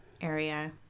area